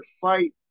fight